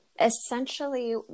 Essentially